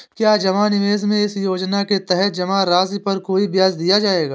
क्या जमा निवेश में इस योजना के तहत जमा राशि पर कोई ब्याज दिया जाएगा?